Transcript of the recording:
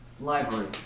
library